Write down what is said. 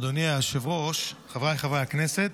אדוני היושב-ראש, חבריי חברי הכנסת,